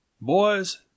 Boys